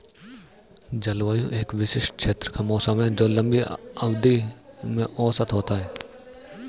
जलवायु एक विशिष्ट क्षेत्र का मौसम है जो लंबी अवधि में औसत होता है